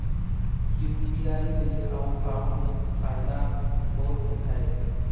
UPI ले अउ कौन फायदा होथ है?